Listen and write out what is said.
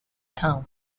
town